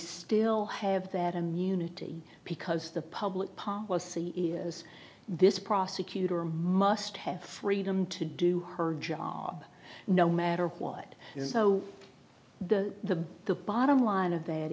still have that immunity because the public policy is this prosecutor must have freedom to do her job no matter what is so the the bottom line of that